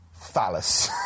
phallus